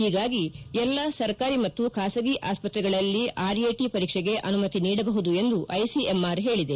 ಹೀಗಾಗಿ ಎಲ್ಲಾ ಸರ್ಕಾರಿ ಮತ್ತು ಖಾಸಗಿ ಆಸ್ಪತ್ರೆಗಳಲ್ಲಿ ರ್ಯಾಟ್ ಪರೀಕ್ಷೆಗೆ ಅನುಮತಿ ನೀಡಬಹುದು ಎಂದು ಐಸಿಎಂಆರ್ ಹೇಳಿದೆ